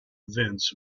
events